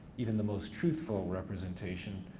even the most truthful representation,